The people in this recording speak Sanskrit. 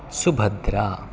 सुभद्रा